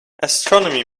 astronomy